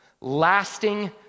lasting